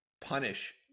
punish